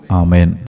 amen